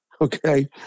okay